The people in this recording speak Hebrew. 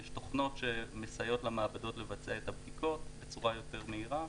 יש תכנות שמסייעות למעבדות לבצע את הבדיקות בצורה יותר מהירה.